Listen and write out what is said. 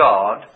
God